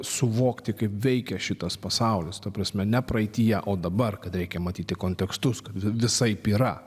suvokti kaip veikia šitas pasaulis ta prasme ne praeityje o dabar kad reikia matyti kontekstus kad visaip yra